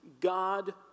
God